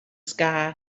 sky